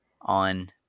on